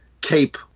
cape